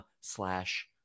slash